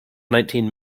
nineteen